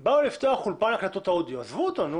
באו לפתוח אולפן הקלטות אודיו, עזבו אותו.